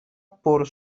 por